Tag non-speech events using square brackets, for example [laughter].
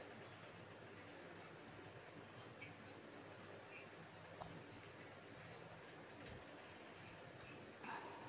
[breath]